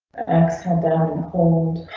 axe, head down and